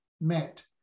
met